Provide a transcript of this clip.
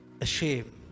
ashamed